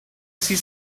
see